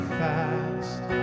fast